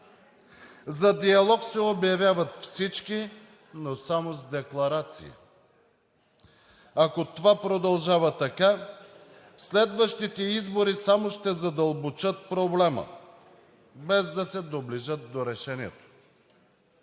За диалог се обявяват всички, но само с декларации! Ако това продължава така, следващите избори само ще задълбочат проблема, без да се доближат до решението.